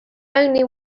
only